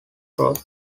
road